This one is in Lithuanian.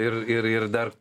ir ir ir dar